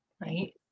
Right